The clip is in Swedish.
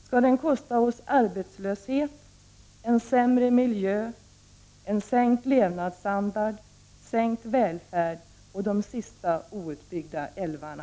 Skall den kosta oss arbetslöshet, en sämre miljö, sänkt levnadsstandard, försämrad välfärd och de sista outbyggda älvarna?